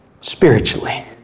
spiritually